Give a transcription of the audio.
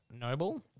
Noble